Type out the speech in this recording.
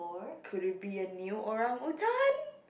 could it be a new orang utan